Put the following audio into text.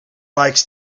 likes